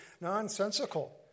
nonsensical